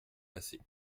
passée